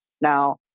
Now